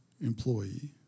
employee